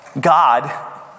God